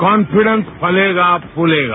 confidence फलेगा फूलेगा